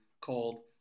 called